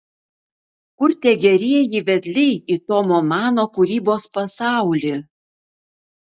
kur tie gerieji vedliai į tomo mano kūrybos pasaulį